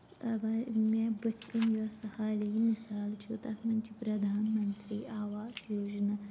مےٚ بٕتھ کَنہِ یۄس حالہی مِثال چھِ تتھ مَنٛز چھ پردان منتری آواس یوجنا